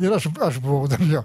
ir aš aš buvau jo